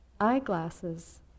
Eyeglasses